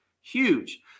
huge